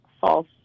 false